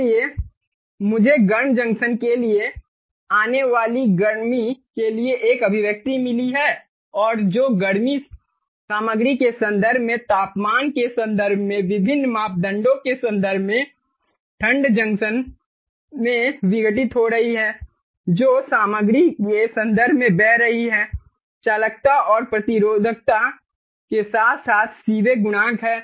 इसलिए मुझे गर्म जंक्शन के लिए आने वाली गर्मी के लिए एक अभिव्यक्ति मिली है और जो गर्मी सामग्री के संदर्भ में तापमान के संदर्भ में विभिन्न मापदंडों के संदर्भ में ठंड जंक्शन में विघटित हो रही है जो सामग्री के संदर्भ में बह रही है चालकता और प्रतिरोधकता के साथ साथ सीबेक गुणांक है